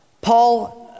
Paul